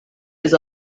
his